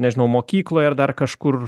nežinau mokykloj ar dar kažkur